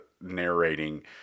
narrating